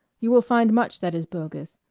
you will find much that is bogus.